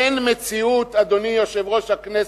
אין מציאות, אדוני יושב-ראש הכנסת"